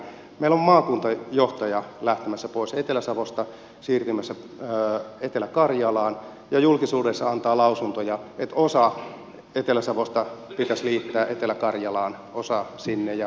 meillä on maakuntajohtaja lähtemässä pois etelä savosta siirtymässä etelä karjalaan ja julkisuudessa antaa lausuntoja että osa etelä savosta pitäisi liittää etelä karjalaan osa sinne ja tuo osa tuonne